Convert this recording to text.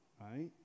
right